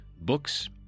books